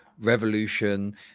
revolution